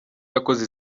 yakoze